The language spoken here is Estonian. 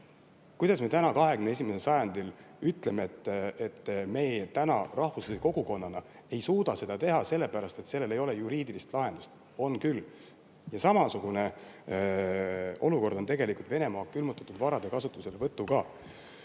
Kuidas me praegu, 21. sajandil ütleme, et me rahvusvahelise kogukonnana ei suuda seda teha sellepärast, et sellel ei ole juriidilist lahendust? On küll. Samasugune olukord on Venemaa külmutatud varade kasutuselevõtuga.